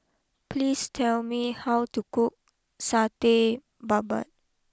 please tell me how to cook Satay Babat